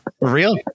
real